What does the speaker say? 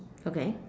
okay